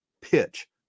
pitch